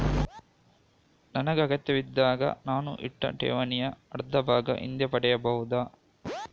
ನನಗೆ ಅಗತ್ಯವಿದ್ದಾಗ ನಾನು ಇಟ್ಟ ಠೇವಣಿಯ ಅರ್ಧಭಾಗ ಹಿಂದೆ ಪಡೆಯಬಹುದಾ?